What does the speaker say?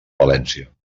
valència